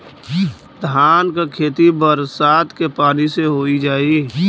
धान के खेती बरसात के पानी से हो जाई?